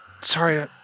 sorry